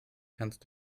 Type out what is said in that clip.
kannst